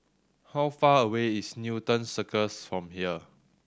how far away is Newton Circus from here